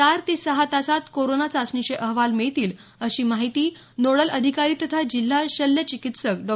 चार ते सहा तासात कोरोना चाचणीचे अहवाल मिळतील अशी माहिती नोडल अधिकारी तथा जिल्हा शल्य चिकित्सक डॉ